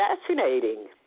fascinating